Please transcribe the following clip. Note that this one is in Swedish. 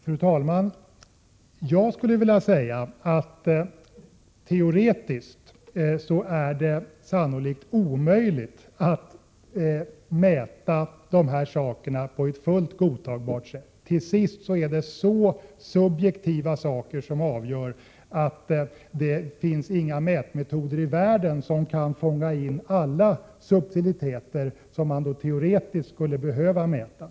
Fru talman! Teoretiskt är det naturligtvis omöjligt att mäta dessa saker helt perfekt. Till sist är det så subjektiva saker som kommer in att det inte finns 67 några mätmetoder i världen som kan fånga in alla subtiliteter som man skulle behöva mäta.